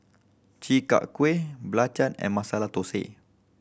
Chi Kak Kuih belacan and Masala Thosai